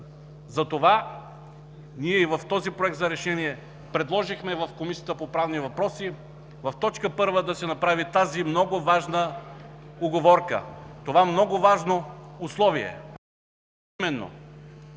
Затова и в този Проект за решение предложихме в Комисията по правни въпроси в т. 1 да се направи тази много важна уговорка, това много важно условие,